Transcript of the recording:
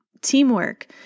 teamwork